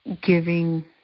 giving